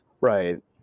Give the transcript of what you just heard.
right